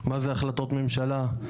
מה זה החלטות ממשלה.